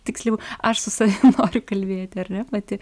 tiksliau aš su savim noriu kalbėti ar ne pati